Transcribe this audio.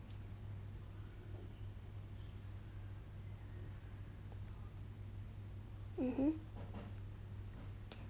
mmhmm